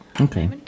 Okay